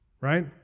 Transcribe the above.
Right